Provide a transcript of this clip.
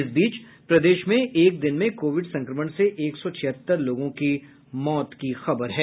इस बीच प्रदेश में एक दिन में कोविड संक्रमण से एक सौ छिहत्तर लोगों की मौत की खबर है